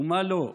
ומה לא?